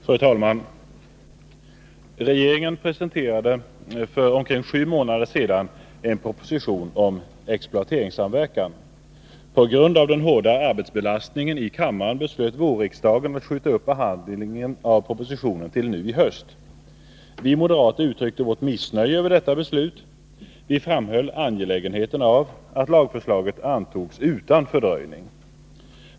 Fru talman! Den dåvarande regeringen presenterade för omkring sju månader sedan en proposition om exploateringssamverkan. På grund av den hårda arbetsbelastningen i kammaren beslöt riksdagen i våras att skjuta upp behandlingen av propositionen till nu i höst. Vi moderater uttryckte vårt missnöje över detta beslut. Vi framhöll angelägenheten av att lagförslaget antogs utan fördröjning.